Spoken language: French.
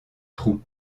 trou